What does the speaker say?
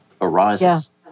arises